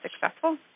successful